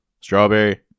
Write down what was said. strawberry